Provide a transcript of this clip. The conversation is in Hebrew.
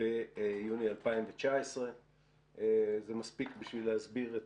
ביוני 2019. זה מספיק בשביל להסביר את